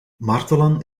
martelen